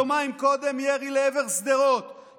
יומיים קודם ירי לעבר שדרות,